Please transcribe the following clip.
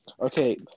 Okay